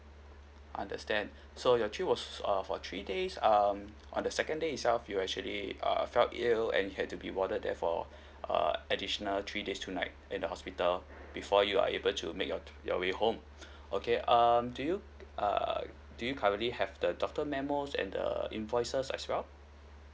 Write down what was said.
understand so your trip was s~ err for three days um on the second day itself you actually uh felt ill and you had to be warded there for err additional three days two night in the hospital before you are able to make your your way home okay um do you err do you currently have the doctor memos and the invoices as well